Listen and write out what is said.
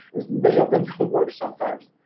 as many of them works sometimes.